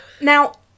now